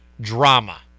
drama